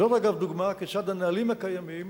זאת, אגב, דוגמה כיצד הנהלים הקיימים